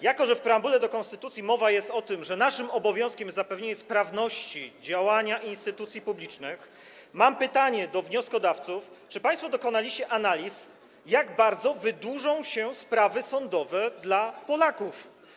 Jako że w preambule do konstytucji mowa jest o tym, że naszym obowiązkiem jest zapewnienie sprawności działania instytucji publicznych, mam pytanie do wnioskodawców, czy państwo dokonaliście analiz, jak bardzo wydłużą się sprawy sądowe dla Polaków.